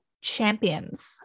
Champions